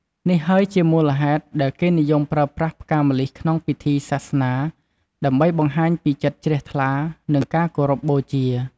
នេះហើយជាមូលហេតុដែលគេនិយមប្រើប្រាស់ផ្កាម្លិះក្នុងពិធីសាសនា ដើម្បីបង្ហាញពីចិត្តជ្រះថ្លា និងការគោរពបូជា។